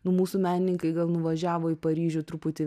nu mūsų menininkai gal nuvažiavo į paryžių truputį